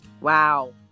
Wow